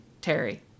Terry